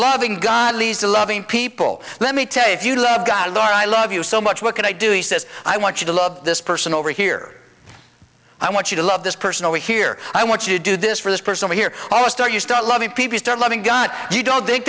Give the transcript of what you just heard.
loving god leads to loving people let me tell you if you love god or i love you so much what can i do he says i want you to love this person over here i want you to love this person over here i want you to do this for this person here almost are you start loving people start loving gun you don't